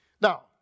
Now